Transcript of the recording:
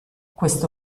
questo